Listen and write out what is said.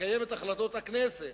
"ולקיים את החלטות הכנסת".